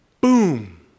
boom